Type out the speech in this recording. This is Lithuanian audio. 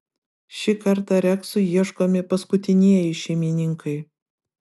šį kartą reksui ieškomi paskutinieji šeimininkai